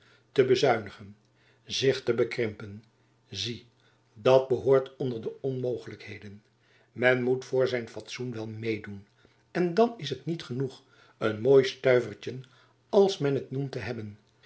te bezuinigen zich te bekrimpen zie dat behoort onder de onmogelijkheden men moet voor zijn fatsoen wel meêdoen en dan is het niet genoeg een mooi stuivertjen als men t noemt te hebben